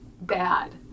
bad